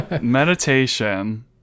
meditation